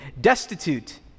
destitute